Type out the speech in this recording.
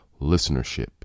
listenership